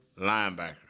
linebacker